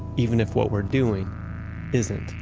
even if what we're doing isn't